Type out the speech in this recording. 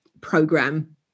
program